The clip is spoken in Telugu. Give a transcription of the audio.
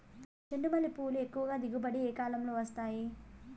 చెండుమల్లి పూలు ఎక్కువగా దిగుబడి ఏ కాలంలో వస్తాయి